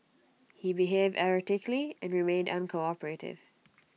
he behaved erratically and remained uncooperative